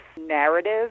narrative